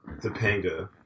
Topanga